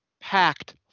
packed